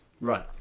right